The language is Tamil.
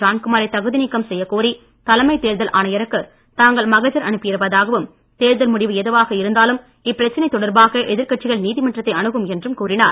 ஜான்குமாரை தகுதி நீக்கம் செய்யக் கோரி தலைமை தேர்தல் ஆணையருக்கு தாங்கள் மகஜர் அனுப்பி இருப்பதாகவும் தேர்தல் முடிவு எதுவாக இருந்தாலும் இப்பிரச்சனை தொடர்பாக எதிர்கட்சிகள் நீதிமன்றத்தை அணுகும் என்றும் கூறினார்